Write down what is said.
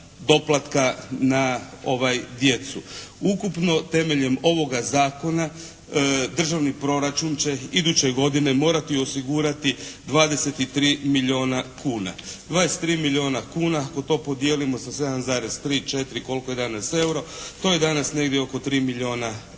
doplatka na djecu. Ukupno temeljem ovoga zakona državni proračun će iduće godine morati osigurati 23 milijuna kuna. 23 milijuna kuna ako to podijelimo sa 7,3, 7,4 koliko je danas euro, to je danas negdje oko 3 milijuna eura.